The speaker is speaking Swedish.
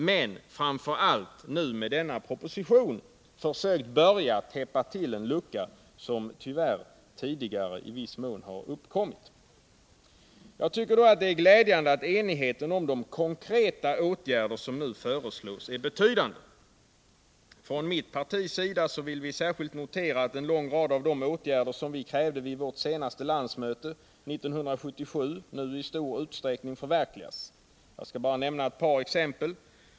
Men med denna proposition har man framför allt försökt täppa till en lucka, som tyvärr tidigare i viss mån har uppstått. Det är glädjande att enigheten om de konkreta åtgärder som nu föreslås är betydande. Från folkpartiets sida vill vi särskilt notera att en lång rad av de åtgärder som vi krävde vid vårt senaste landsmöte 1977 nu i stor utsträckning genomförs. Jag skall bara nämna ett par exempel.